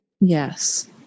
Yes